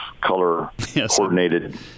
color-coordinated